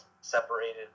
separated